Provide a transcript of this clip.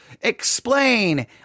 explain